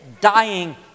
dying